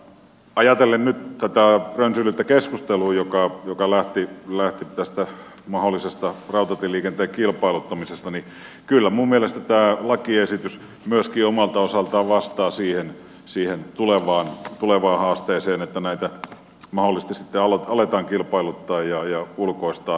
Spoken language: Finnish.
ajatellen nyt tätä rönsyillyttä keskustelua joka lähti tästä mahdollisesta rautatieliikenteen kilpailuttamisesta kyllä minun mielestäni tämä lakiesitys myöskin omalta osaltaan vastaa siihen tulevaan haasteeseen että näitä mahdollisesti sitten aletaan kilpailuttaa ja ulkoistaa